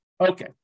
Okay